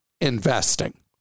investing